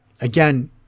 Again